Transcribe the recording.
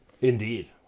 Indeed